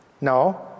No